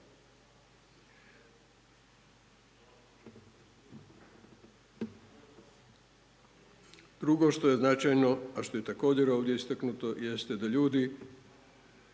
Drugo što je značajno, a što je također ovdje istaknuto jeste da ljudi